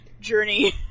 journey